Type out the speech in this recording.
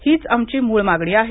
हीच आमची मूळ मागणी आहे